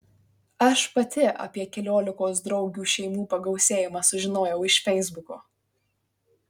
aš pati apie keliolikos draugių šeimų pagausėjimą sužinojau iš feisbuko